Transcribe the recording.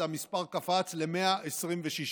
המספר קפץ ל-126.